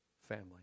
family